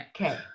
Okay